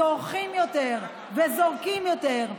צורכים יותר וזורקים יותר,